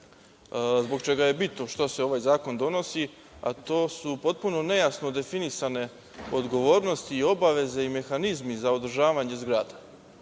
zbog čega je bitno šta sve ovaj zakon donosi, a to su potpuno nejasno definisane odgovornosti i obaveze, mehanizmi za održavanje zgrada